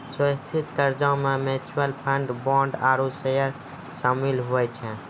सुरक्षित कर्जा मे म्यूच्यूअल फंड, बोंड आरू सेयर सामिल हुवै छै